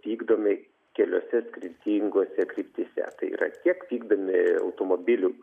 vykdomi keliose skirtingose kryptyse tai yra tiek vykdami automobilių